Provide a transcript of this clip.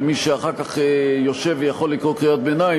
ומי שאחר כך יושב ויכול לקרוא קריאות ביניים,